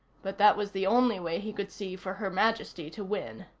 but that was the only way he could see for her majesty to win.